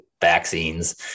vaccines